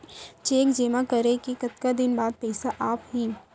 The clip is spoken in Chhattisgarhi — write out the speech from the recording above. चेक जेमा करें के कतका दिन बाद पइसा आप ही?